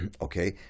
okay